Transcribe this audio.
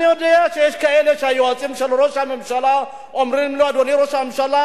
אני יודע שהיועצים של ראש הממשלה אומרים לו: אדוני ראש הממשלה,